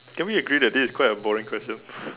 can we agree that this is quite a boring question